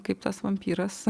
kaip tas vampyras